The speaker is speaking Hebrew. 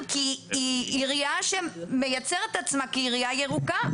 כי היא עירייה שמציירת את עצמה כעירייה ירוקה,